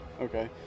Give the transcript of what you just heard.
Okay